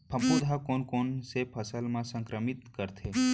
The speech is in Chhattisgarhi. फफूंद ह कोन कोन से फसल ल संक्रमित करथे?